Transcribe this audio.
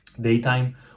daytime